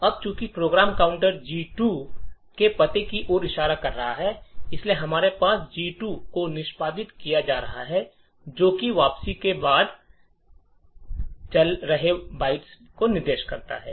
अब चूंकि program counter G 2 के पते की ओर इशारा कर रहा है इसलिए हमारे पास जी 2 को निष्पादित किया जा रहा है जो कि वापसी के बाद चल रहे बाइट निर्देश है